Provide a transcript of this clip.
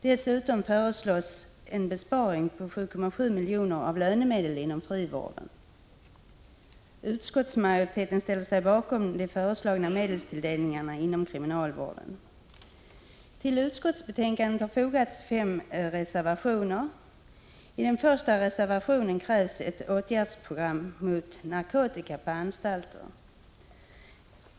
Dessutom föreslås en besparing på 7,7 milj.kr. när det gäller lönemedel inom frivården. Utskottsmajoriteten ställer sig bakom de föreslagna medelstilldelningarna inom kriminalvården. Till utskottsbetänkandet har fogats fem reservationer. I reservation 1 krävs ett åtgärdsprogram mot narkotika på anstalter.